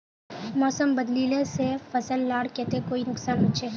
मौसम बदलिले से फसल लार केते कोई नुकसान होचए?